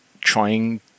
trying